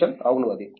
జీషన్ అవును అది